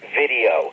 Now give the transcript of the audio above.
video